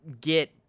get